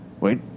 Wait